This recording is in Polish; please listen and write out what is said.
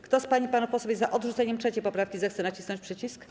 Kto z pań i panów posłów jest za odrzuceniem 3. poprawki, zechce nacisnąć przycisk.